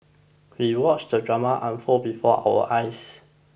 we watched the drama unfold before our eyes